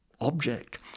object